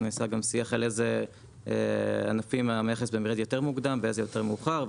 נעשה גם שיח על איזה ענפים המכס ירד יותר מוקדם ועל איזה יותר מאוחר,